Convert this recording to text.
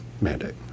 mandate